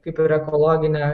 kaip ir ekologinė